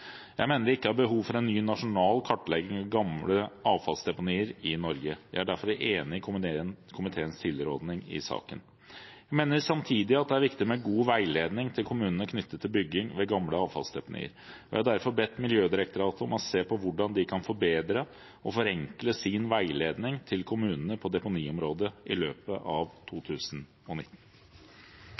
Jeg mener det ikke er behov for en ny nasjonal kartlegging av gamle avfallsdeponier i Norge. Jeg er derfor enig i komiteens tilråding i saken. Jeg mener samtidig at det er viktig med god veiledning til kommunene knyttet til bygging ved gamle avfallsdeponier. Jeg har derfor bedt Miljødirektoratet om å se på hvordan de kan forbedre og forenkle sin veiledning til kommunene på deponiområdet i løpet av 2019.